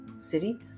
city